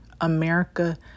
America